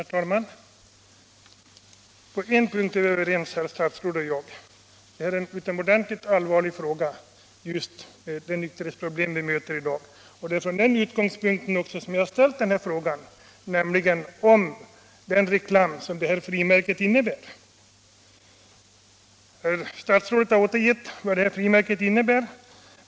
Herr talman! På en punkt är herr statsrådet och jag överens: att det nykterhetsproblem vi möter i dag är utomordentligt allvarligt. Det är också från den utgångspunkten som jag har ställt frågan om den reklam som det här frimärket innebär. Herr statsrådet har redovisat vad frimärket innebär.